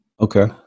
Okay